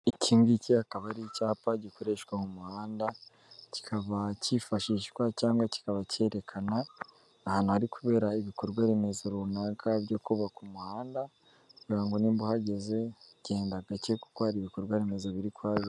Iki ngiki akaba ari icyapa gikoreshwa mu muhanda, kikaba cyifashishwa cyangwa kikaba cyerekana ahantu hari kubera ibikorwaremezo runaka byo kubaka umuhanda, kugira ngo niba uhageze, genda gake kuko hari bikorwa remezo biri kuhabera.